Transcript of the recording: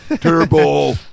Terrible